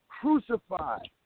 crucified